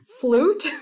flute